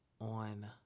on